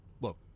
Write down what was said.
look